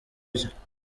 bye